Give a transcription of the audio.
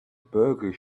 burger